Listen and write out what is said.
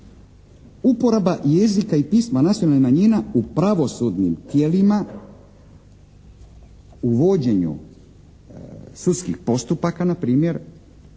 Uporaba jezika i pisma nacionalnih manjina u pravosudnim tijelima, u vođenju sudskih postupaka na primjer